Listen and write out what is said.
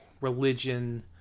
religion